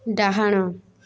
ଡାହାଣ